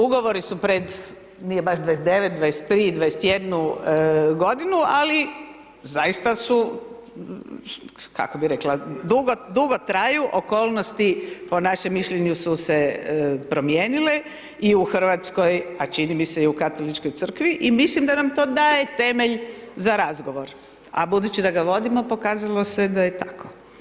Ugovori su pred, nije baš 29, 23, 21 godinu, ali zaista su kako bi rekla dugo traju, okolnosti, po našem mišljenju su se promijenile i u Hrvatskoj, a čini mi se i u Katoličkoj crkvi i mislim da nam to daje temelj za razgovor, a budući da ga vodimo, pokazalo se da je tako.